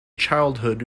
childhood